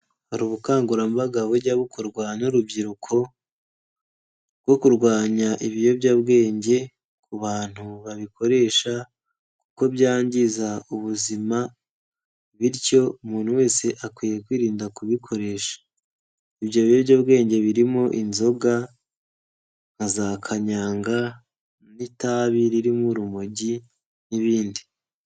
Hari ubukangurambaga bujya bukorwa n'urubyiruko bwo kurwanya ibiyobyabwenge ku bantu babikoresha kuko byangiza ubuzima bityo umuntu wese akwiye kwirinda kubikoresha. Ibyo biyobyabwenge birimo inzoga nka za kanyanga n'itabi ririmo urumogi n'ibindi.